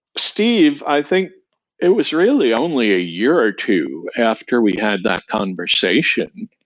steve, i think it was really only a year or two after we had that conversation.